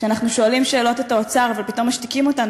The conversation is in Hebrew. כשאנחנו שואלים שאלות את האוצר ופתאום משתיקים אותנו